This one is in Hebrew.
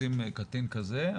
כשתופסים קטין כזה,